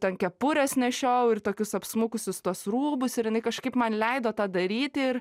ten kepures nešiojau ir tokius apsmukusius tuos rūbus ir jinai kažkaip man leido tą daryti ir